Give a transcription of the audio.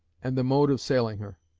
and the mode of sailing her.